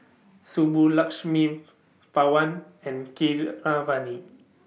Subbulakshmi Pawan and Keeravani